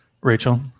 Rachel